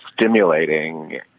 stimulating